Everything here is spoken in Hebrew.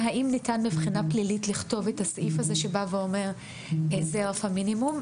האם ניתן מבחינה פלילית לכתוב את הסעיף הזה שבא ואומר שזה רף המינימום?